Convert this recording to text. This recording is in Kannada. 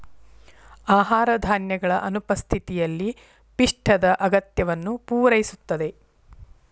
ಆಹಾರ ಧಾನ್ಯಗಳ ಅನುಪಸ್ಥಿತಿಯಲ್ಲಿ ಪಿಷ್ಟದ ಅಗತ್ಯವನ್ನು ಪೂರೈಸುತ್ತದೆ